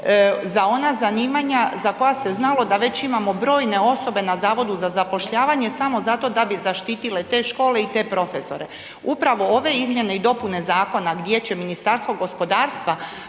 za ona zanimanja za koja se znalo da već imamo brojne osobe na Zavodu za zapošljavanje, samo zato da bi zaštitile te škole i te profesore. Upravo ove izmjene i dopune zakona gdje će Ministarstvo gospodarstva